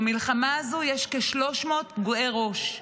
במלחמה הזו יש כ-300 פגועי ראש.